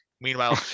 Meanwhile